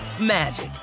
magic